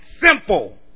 simple